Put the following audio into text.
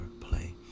play